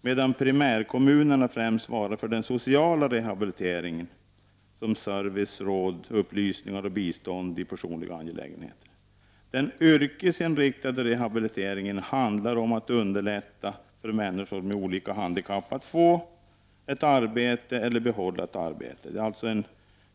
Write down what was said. medan primärkommunerna främst svarar för den sociala rehabiliteringen genom service, råd, upplysningar och bistånd i personliga angelägenheter. Den yrkesinriktade rehabiliteringen handlar om att underlätta för människor med olika handikapp att få ett arbete eller behålla ett arbete. Det är alltså en